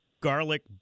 garlic